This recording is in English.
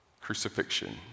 Crucifixion